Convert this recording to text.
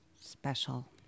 special